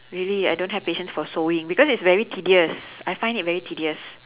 really I don't have patience for sewing because it's very tedious I find it very tedious